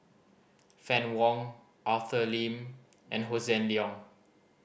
Fann Wong Arthur Lim and Hossan Leong